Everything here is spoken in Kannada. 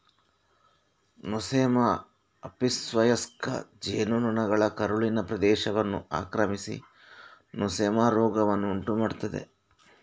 ನೊಸೆಮಾ ಆಪಿಸ್ವಯಸ್ಕ ಜೇನು ನೊಣಗಳ ಕರುಳಿನ ಪ್ರದೇಶವನ್ನು ಆಕ್ರಮಿಸಿ ನೊಸೆಮಾ ರೋಗವನ್ನು ಉಂಟು ಮಾಡ್ತದೆ